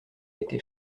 été